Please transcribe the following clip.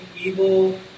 evil